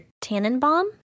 Tannenbaum